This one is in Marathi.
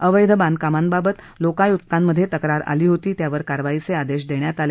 अवैध बांधकामांबाबत लोकायुक्रांमधे तक्रार आली होती त्यावर कारवाईचे आदेश देण्यात आले